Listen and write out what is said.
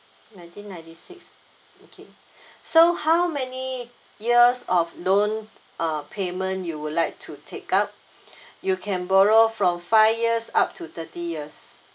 nineteen ninety six okay so how many years of loan uh payment you would like to take up you can borrow from five years up to thirty years